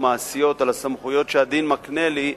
מעשיות על הסמכויות שהדין מקנה לי,